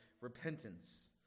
repentance